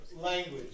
language